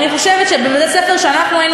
אני חושבת שבבית-הספר שאנחנו היינו